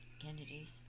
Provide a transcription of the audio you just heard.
Kennedys